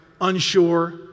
unsure